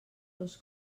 dos